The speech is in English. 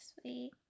sweet